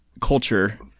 culture